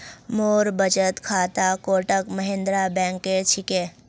मोर बचत खाता कोटक महिंद्रा बैंकेर छिके